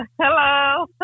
hello